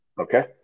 Okay